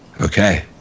okay